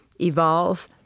evolve